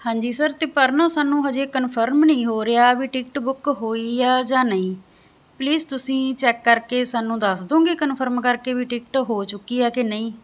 ਹਾਂਜੀ ਸਰ ਤੇ ਪਰ ਨਾ ਸਾਨੂੰ ਹਜੇ ਕਨਫਰਮ ਨਹੀਂ ਹੋ ਰਿਹਾ ਵੀ ਟਿਕਟ ਬੁੱਕ ਹੋਈ ਆ ਜਾਂ ਨਹੀਂ ਪਲੀਜ਼ ਤੁਸੀਂ ਚੈੱਕ ਕਰਕੇ ਸਾਨੂੰ ਦੱਸ ਦੋਗੇ ਕਨਫਰਮ ਕਰਕੇ ਵੀ ਟਿਕਟ ਹੋ ਚੁੱਕੀ ਹ ਕਿ ਨਹੀਂ